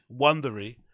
Wondery